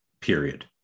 period